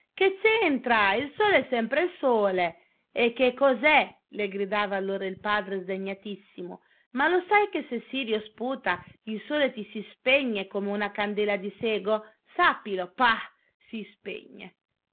capacitava che c'entra il sole è sempre il sole e che cos'è le gridava allora il padre sdegnatissimo ma lo sai che se sirio sputa il sole ti si spegne come una candela di sego sappilo pah si spegne